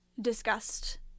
discussed